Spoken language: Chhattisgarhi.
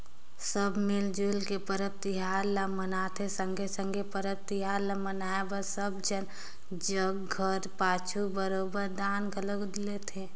सब मिल जुइल के परब तिहार ल मनाथें संघे संघे परब तिहार ल मनाए बर सब झन जग घर पाछू बरोबेर दान घलो लेथें